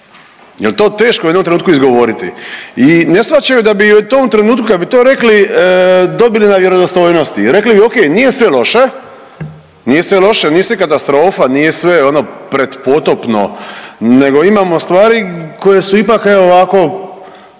jel to teško u jednom trenutku izgovoriti? I ne shvaćaju da bi u tom trenutku kad bi to rekli dobili na vjerodostojnosti i rekli bi okej nije sve loše, nije sve loše, nije sve katastrofa, nije sve ono pretpotopno nego imamo stvari koje su ipak evo